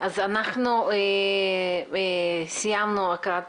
אנחנו סיימנו הקראת